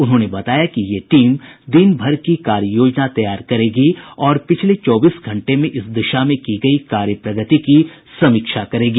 उन्होंने बताया कि ये टीम दिन भर की कार्ययोजना तैयार करेगी और पिछले चौबीस घंटे में इस दिशा में की गयी कार्यप्रगति की समीक्षा करेगी